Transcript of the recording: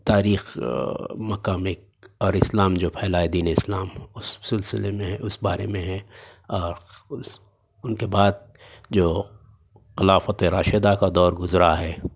تاریخ مقامی ایک اور اسلام جو پھیلائے دین اسلام اس سلسلے میں ہے اس بارے میں ہے ان کے بعد جو خلافت راشدہ کا دور گزرا ہے